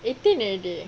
eighteen already